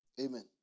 Amen